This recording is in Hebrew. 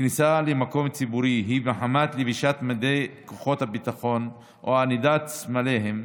כניסה למקום ציבורי היא מחמת לבישת מדי כוחות ביטחון או ענידת סמליהם,